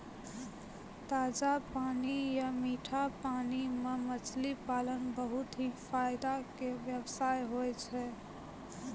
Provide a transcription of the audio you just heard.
ताजा पानी या मीठा पानी मॅ मछली पालन बहुत हीं फायदा के व्यवसाय होय छै